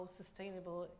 sustainable